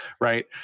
right